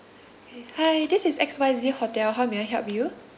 K hi this is X Y Z hotel how may I help you